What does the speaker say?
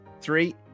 three